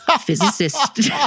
Physicist